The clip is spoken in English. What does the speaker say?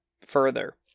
further